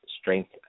strength